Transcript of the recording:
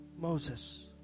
Moses